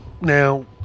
now